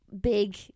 big